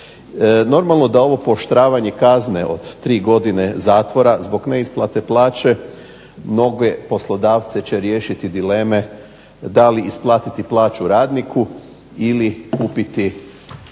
Normalno da ovo pooštravanje kazne od tri godine zatvora zbog neisplate plaće mnoge poslodavce će riješiti dileme da li isplatiti plaću radniku ili kupiti